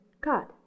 God